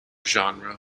genre